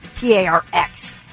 P-A-R-X